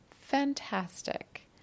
fantastic